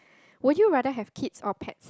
would you rather have kids or pets